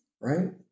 Right